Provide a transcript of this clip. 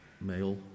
male